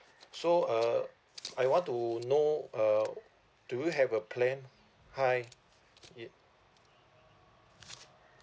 so uh I want to know uh do you have a plan hi ya